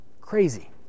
Crazy